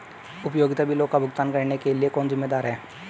उपयोगिता बिलों का भुगतान करने के लिए कौन जिम्मेदार है?